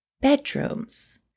bedrooms